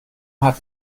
hat